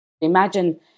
Imagine